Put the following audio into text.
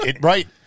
Right